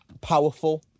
powerful